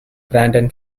brandon